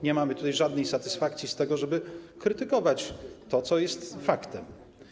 Nie mamy żadnej satysfakcji z tego, żeby krytykować to, co jest faktem.